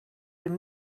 dem